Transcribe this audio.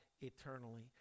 eternally